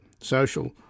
social